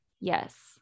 Yes